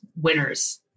winners